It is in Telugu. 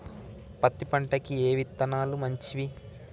పత్తి పంటకి ఏ విత్తనాలు మంచివి?